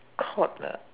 caught ah